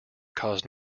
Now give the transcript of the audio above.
caused